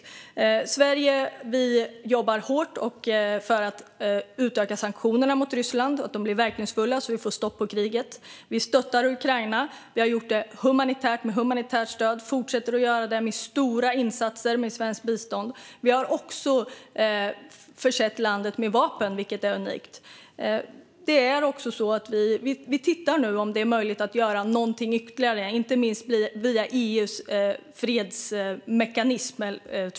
Här i Sverige jobbar vi hårt för att utöka sanktionerna mot Ryssland så att de blir verkningsfulla så att vi får stopp på kriget. Vi stöttar Ukraina, bland annat med humanitärt stöd. Vi fortsätter med stora insatser med svenskt bistånd. Vi har också försett landet med vapen, vilket är unikt. Vi tittar nu på om det är möjligt att göra något ytterligare, inte minst via EU:s fredsmekanism.